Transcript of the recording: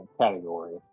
category